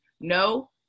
No